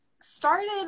started